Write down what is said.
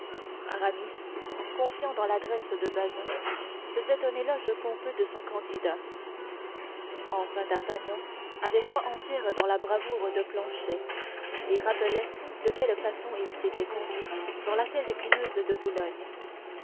confiant dans l'adresse de bazin faisait un éloge pompeux de son candidat enfin d'artagnan avait foi entière dans la bravoure de planchet et rappelait de quelle façon il s'était conduit dans l'affaire épineuse de boulogne